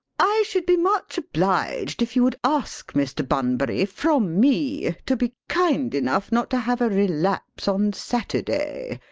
i should be much obliged if you would ask mr. bunbury, from me, to be kind enough not to have a relapse on saturday,